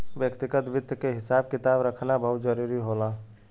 व्यक्तिगत वित्त क हिसाब किताब रखना बहुत जरूरी होला